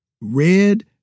red